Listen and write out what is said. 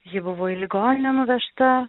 ji buvo į ligoninę nuvežta